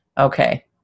Okay